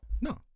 No